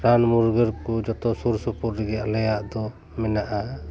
ᱨᱟᱱ ᱢᱩᱨᱜᱟᱹᱱ ᱠᱚ ᱡᱚᱛᱚ ᱥᱩᱨ ᱥᱩᱯᱩᱨ ᱨᱮᱜᱮ ᱟᱞᱮᱭᱟᱜ ᱫᱚ ᱢᱮᱱᱟᱜᱼᱟ